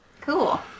Cool